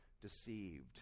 deceived